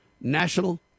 National